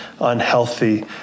unhealthy